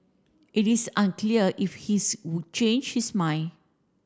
it is unclear if his would change his mind